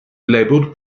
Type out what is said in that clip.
labeled